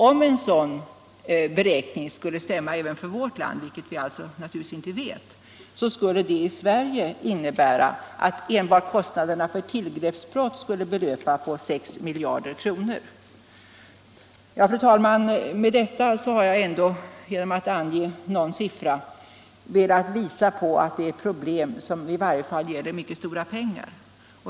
Om en sådan beräkning skulle stämma även för vårt land, vilket vi naturligtvis inte vet, skulle det innebära att kostnaderna för enbart tillgreppsbrotten i Sverige skulle uppgå till 6 miljarder kronor. Fru talman! Genom att i varje fall ange någon siffra har jag velat påvisa att detta är ett problem som gäller mycket stora pengar.